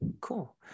Cool